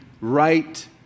right